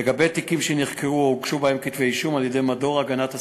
5. לגבי תיקים שנחקרו או הוגשו בהם כתבי-אישום על-ידי מדור הגנת הסביבה,